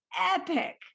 epic